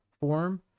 form